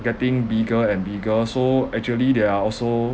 getting bigger and bigger so actually they are also